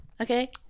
Okay